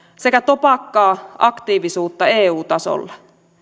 sekä topakkaa aktiivisuutta eu tasolla